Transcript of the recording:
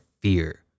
fear